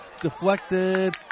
Deflected